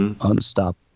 Unstoppable